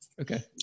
Okay